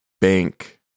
Bank